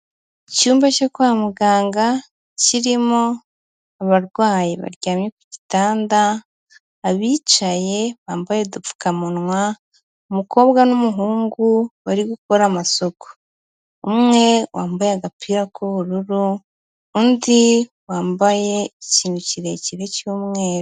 icyumba cyo kwa muganga kirimo abarwayi ba ryamye ku gitanda abicaye bambaye udupfukamunwa umukobwa n'umuhungu bari gukora amasoko umwe wambaye agapira k'ubururu undi wambaye ikintu kirekire cy'umweru